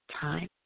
Time